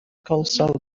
colossal